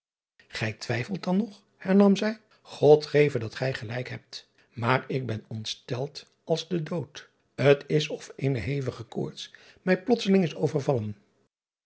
ij twijfelt dan nog hernam zij od geve dat gij gelijk hebt maar ik ben ontsteld als de dood t s of eene hevige koorts mij plotseling is overvallen